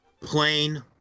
plain